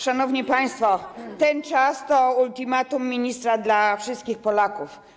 Szanowni państwo, ten czas to ultimatum ministra dla wszystkich Polaków.